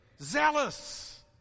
zealous